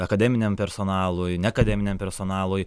akademiniam personalui neakademiniam personalui